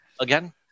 again